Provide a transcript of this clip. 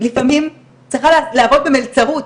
לפעמים צריכה לעבוד במלצרות,